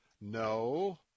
No